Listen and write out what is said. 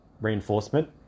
reinforcement